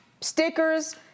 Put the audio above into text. stickers